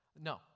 No